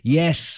yes